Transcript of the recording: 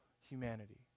humanity